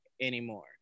anymore